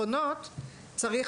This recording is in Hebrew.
פתרונות צריך,